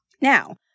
Now